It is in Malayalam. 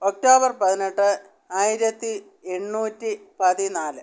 ഒക്ടോബർ പതിനെട്ട് ആയിരത്തി എണ്ണൂറ്റി പതിനാല്